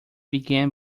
began